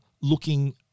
looking